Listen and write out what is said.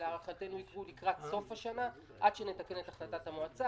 שלהערכתנו יקרו לקראת סוף השנה עד שנתקן את החלטת המועצה,